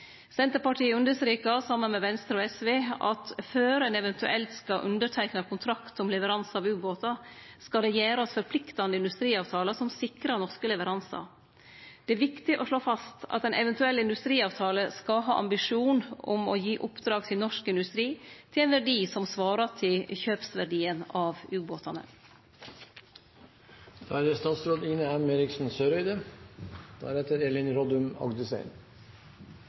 Senterpartiet understreker, saman med Venstre og SV, at før ein eventuelt skal underteikne kontrakt om leveranse av ubåtar, skal det gjerast forpliktande industriavtalar som sikrar norske leveransar. Det er viktig å slå fast at ein eventuell industriavtale skal ha ambisjon om å gje oppdrag til norsk industri til ein verdi som svarer til kjøpsverdien av